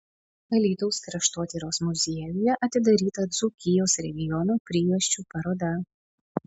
alytaus kraštotyros muziejuje atidaryta dzūkijos regiono prijuosčių paroda